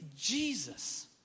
Jesus